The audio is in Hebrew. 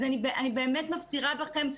אני באמת מפצירה בכם,